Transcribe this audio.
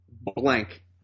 blank